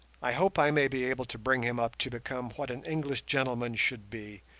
i hope i may be able to bring him up to become what an english gentleman should be,